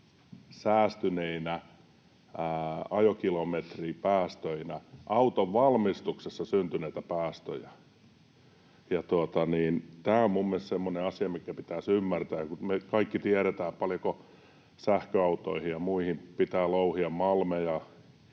säästyneinä ajokilometripäästöinä ikänä peitota auton valmistuksessa syntyneitä päästöjä. Tämä on minun mielestäni semmoinen asia, mikä pitäisi ymmärtää. Kun me kaikki tiedetään, paljonko sähköautoihin ja muihin pitää louhia malmeja,